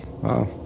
Wow